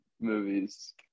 movies